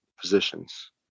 positions